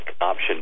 option